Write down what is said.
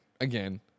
Again